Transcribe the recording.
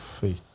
faith